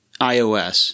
iOS